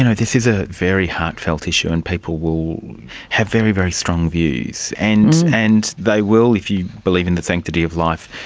you know this is a very heartfelt issue and people will have very, very strong views, and and they will, if you believe in the sanctity of life,